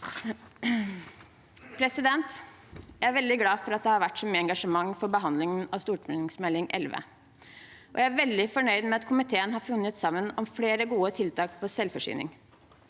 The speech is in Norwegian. landbruket. Jeg er veldig glad for at det har vært så mye engasjement rundt behandlingen av Meld. St. 11. Jeg er veldig fornøyd med at komiteen har funnet sammen om flere gode tiltak for selvforsyning.